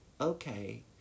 okay